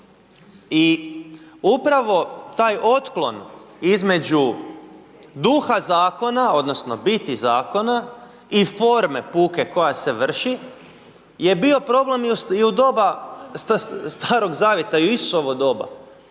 I upravo taj otklon između duha zakona odnosno biti zakona i forme puke koja se vrši je bio problem i u doba Starog zavjeta i u Isusovo doba,